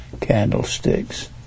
candlesticks